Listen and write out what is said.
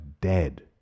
dead